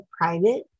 private